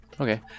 okay